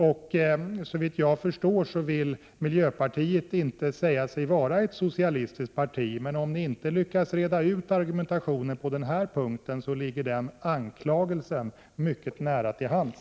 Miljöpartiets företrädare vill inte säga sig utgöra ett socialistiskt parti, men om ni inte lyckas reda ut argumentationen på denna punkt ligger den anklagelsen mycket nära till hands.